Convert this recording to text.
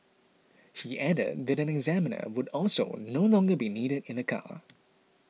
he added that an examiner would also no longer be needed in the car